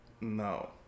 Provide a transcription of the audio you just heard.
No